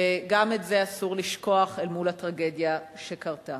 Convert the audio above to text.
וגם את זה אסור לשכוח אל מול הטרגדיה שקרתה.